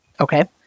Okay